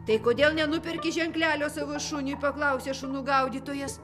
tai kodėl nenuperki ženklelio savo šuniui paklausė šunų gaudytojas